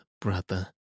brother